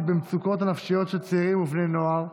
במצוקות הנפשיות של צעירים ובני נוער,